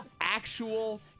actual